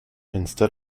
instead